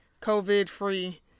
COVID-free